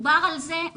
דובר על זה,